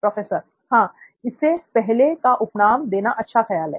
professor हां इसे " पहले" का उपनाम देना अच्छा ख्याल है